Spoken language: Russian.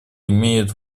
имеют